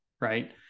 Right